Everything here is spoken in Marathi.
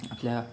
कॅम्प